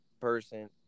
person